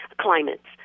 climates